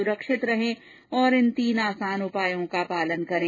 सुरक्षित रहें और इन तीन आसान उपायों का पालन करें